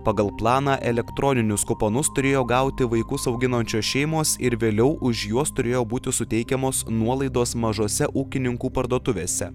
pagal planą elektroninius kuponus turėjo gauti vaikus auginančios šeimos ir vėliau už juos turėjo būti suteikiamos nuolaidos mažose ūkininkų parduotuvėse